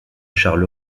charles